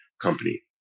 company